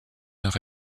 nord